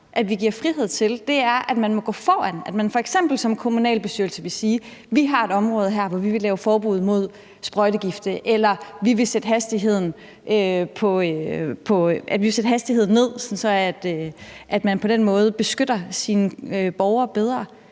vi giver frihed til, er, at man må gå foran, og at man f.eks. som kommunalbestyrelse kan sige: Vi har et område her, hvor vi vil lave forbud mod sprøjtegifte, eller vi vil sætte hastighedsgrænsen ned – sådan at man på den måde beskytter sine borgere bedre.